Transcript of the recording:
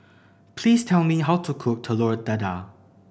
please tell me how to cook Telur Dadah